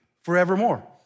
forevermore